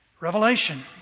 Revelation